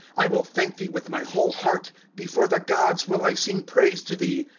i will thank thee with my whole heart before the gods will i sing praise to thee.